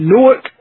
Newark